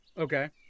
Okay